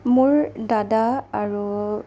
মোৰ দাদা আৰু